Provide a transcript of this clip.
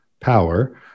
power